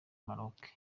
maroke